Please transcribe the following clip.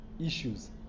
issues